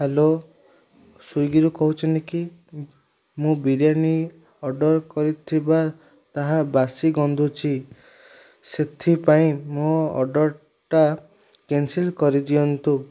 hello ସ୍ଵିଗିରୁ କହୁଛନ୍ତି କି ମୁଁ ବିରିୟାନୀ ଅର୍ଡ଼ର୍ କରିଥିବା ତାହା ବାସି ଗନ୍ଧୁଛି ସେଥିପାଇଁ ମୋ ଅର୍ଡ଼ର୍ଟା କ୍ୟାନ୍ସଲ୍ କରିଦିଅନ୍ତୁ